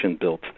built